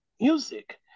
music